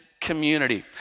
community